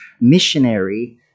missionary